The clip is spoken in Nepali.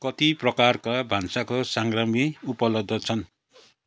कति प्रकारका भान्साका साग्रामी उपलब्ध छन्